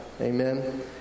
Amen